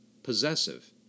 possessive